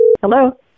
Hello